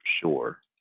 sure